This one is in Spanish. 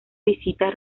visita